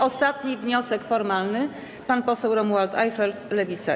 Ostatni wniosek formalny, pan poseł Romuald Ajchler, Lewica.